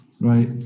Right